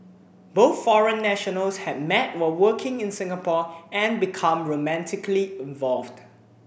both foreign nationals had met while working in Singapore and become romantically involved